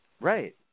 Right